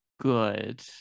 good